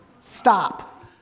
stop